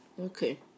Okay